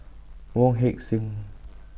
Wong Heck Sing